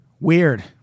weird